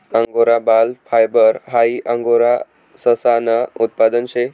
angora बाल fibre हाई angora ससानं उत्पादन शे